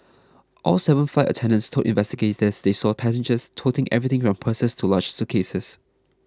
all seven flight attendants told investigators they saw passengers toting everything from purses to large suitcases